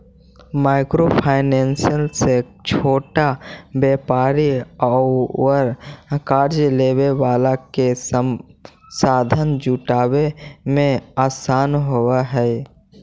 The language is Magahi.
माइक्रो फाइनेंस से छोटा व्यापारि औउर कर्ज लेवे वाला के संसाधन जुटावे में आसान होवऽ हई